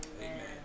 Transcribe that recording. Amen